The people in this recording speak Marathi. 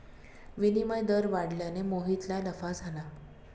विनिमय दर वाढल्याने मोहितला नफा झाला